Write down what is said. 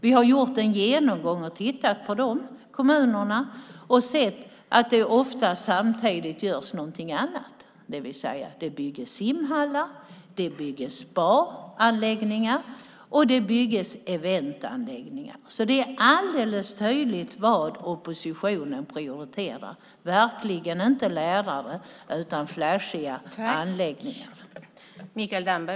Vi har gjort en genomgång och tittat på de kommunerna och sett att det ofta samtidigt görs någonting annat, det vill säga att det byggs simhallar, spaanläggningar och eventanläggningar, så det är alldeles tydligt vad oppositionen prioriterar. Det är verkligen inte lärare utan flashiga anläggningar.